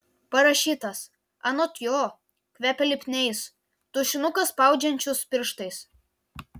parašytas anot jo kvepia lipniais tušinuką spaudžiančius pirštais